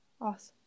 awesome